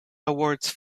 awards